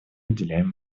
уделяем